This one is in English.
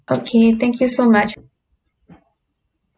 okay thank you so much